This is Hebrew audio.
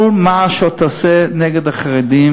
כל מה שתעשה נגד החרדים,